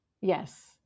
yes